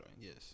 Yes